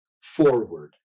forward